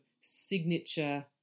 signature